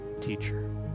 teacher